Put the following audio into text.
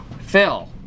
Phil